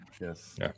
Yes